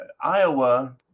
Iowa